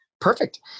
Perfect